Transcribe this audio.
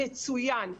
מצוין,